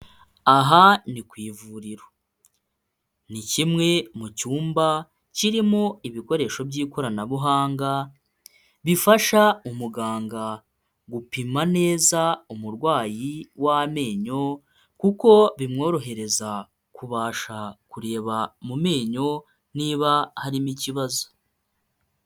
Aha ndi ku ivuriro, ni kimwe mu cyumba kirimo ibikoresho by'ikoranabuhanga bifasha umuganga gupima neza umurwayi w'amenyo kuko bimworohereza kubasha kureba mu menyo niba harimo ikibazo.